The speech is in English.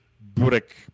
Burek